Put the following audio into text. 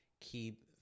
keep